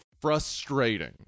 frustrating